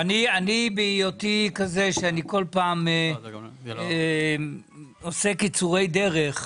בהיותי כזה שאני כל פעם עושה קיצורי דרך,